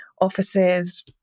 offices